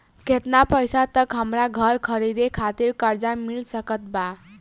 केतना पईसा तक हमरा घर खरीदे खातिर कर्जा मिल सकत बा?